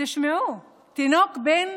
בן